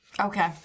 Okay